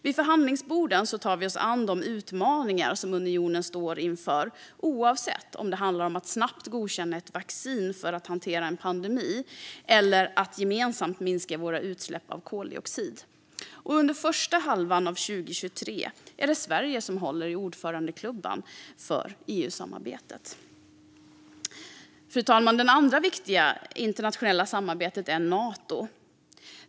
Vid förhandlingsborden tar vi oss an de utmaningar som unionen står inför, oavsett om det handlar om att snabbt godkänna vaccin för att hantera en pandemi eller att gemensamt minska våra utsläpp av koldioxid. Och under första halvan av 2023 är det Sverige som håller i ordförandeklubban för EU-samarbetet. Fru talman! Det andra viktiga internationella samarbetet är Nato.